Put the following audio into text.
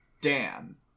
Dan